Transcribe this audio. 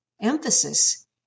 emphasis